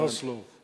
ממש לא.